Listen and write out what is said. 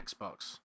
Xbox